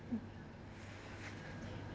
mm